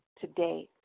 today